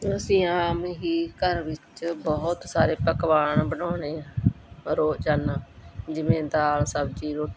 ਅਸੀਂ ਆਮ ਹੀ ਘਰ ਵਿੱਚ ਬਹੁਤ ਸਾਰੇ ਪਕਵਾਨ ਬਣਾਉਣੇ ਹਾਂ ਰੋਜ਼ਾਨਾ ਜਿਵੇਂ ਦਾਲ ਸਬਜ਼ੀ ਰੋਟੀ